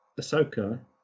ahsoka